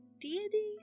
deity